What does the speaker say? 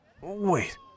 Wait